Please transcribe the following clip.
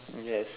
yes